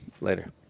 Later